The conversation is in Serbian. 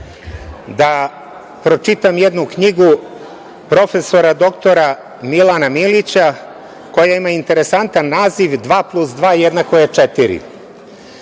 da pročitam jednu knjigu, profesora dr Milana Milića koja ima interesantan naziv „ Dva plus dva, jednako je